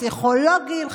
פסיכולוגים,